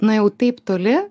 nuėjau taip toli